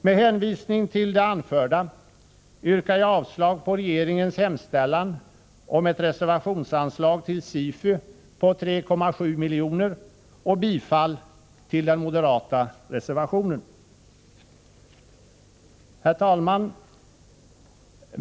Med hänvisning till det anförda yrkar jag avslag på regeringens hemställan om ett reservationsanslag till SIFU på 3,7 miljoner och bifall till den moderata reservationen. Herr talman!